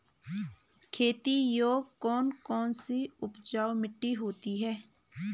खेती योग्य कौन कौन सी उपजाऊ मिट्टी होती है?